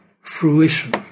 fruition